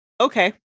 okay